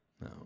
No